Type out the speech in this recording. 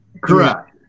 Correct